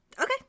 okay